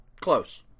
Close